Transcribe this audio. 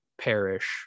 perish